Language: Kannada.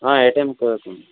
ಹಾಂ ಎ ಟಿ ಎಮ್ ಕೊ